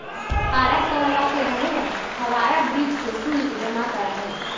हवाड़ा शहरवा के रहे वाला हावड़ा ब्रिज के शुल्क जमा करा हई